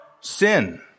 sin